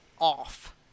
off